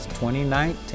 2019